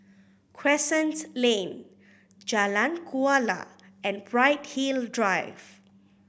Crescent Lane Jalan Kuala and Bright Hill Drive